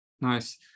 Nice